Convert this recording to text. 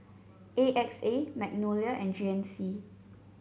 A X A Magnolia and G N C